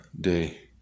day